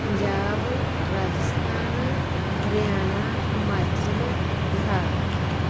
Punjab Rajasthan Haryana Himachal Bihar